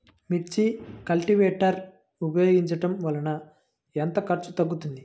మిర్చి కల్టీవేటర్ ఉపయోగించటం వలన ఎంత ఖర్చు తగ్గుతుంది?